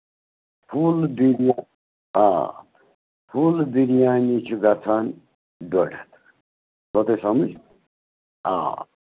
full آب فُل بِریانی چھِ گژھان ڈۅڈ ہَتھ اَو تۄہہِ سَمجھ آ